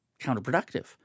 counterproductive